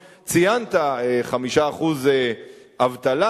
ציינת: 5% אבטלה.